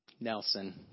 Nelson